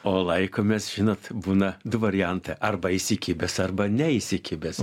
o laikomės žinot būna du variantai arba įsikibęs arba ne įsikibęs